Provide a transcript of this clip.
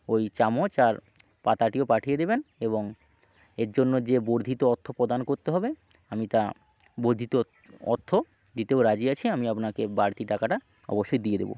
ওই চামচ আর পাতাটিও পাঠিয়ে দেবেন এবং এর জন্য যে বর্ধিত অর্থপ্রদান করতে হবে আমি তা বর্ধিত অর্থ দিতেও রাজি আছি আমি আপনাকে বাড়তি টাকাটা অবশ্যই দিয়ে দেব